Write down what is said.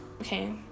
okay